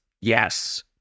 yes